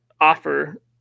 offer